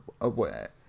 aware